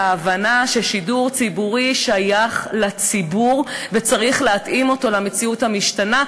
על הבנה ששידור ציבורי שייך לציבור וצריך להתאים אותו למציאות המשתנה.